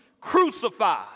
crucified